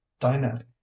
dinette